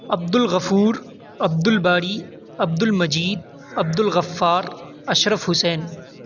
Abdul Ghafoor Abdul Bari Abdul Majeed Abdul Ghaffar Ashraf Hussain